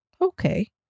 Okay